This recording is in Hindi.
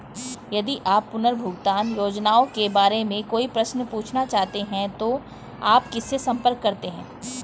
यदि आप पुनर्भुगतान योजनाओं के बारे में कोई प्रश्न पूछना चाहते हैं तो आप किससे संपर्क करते हैं?